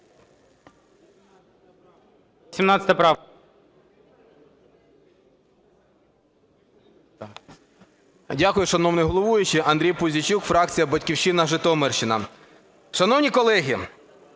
Дякую, шановний головуючий. Андрій Пузійчук, фракція "Батьківщина", Житомирщина. Шановні колеги,